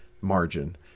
margin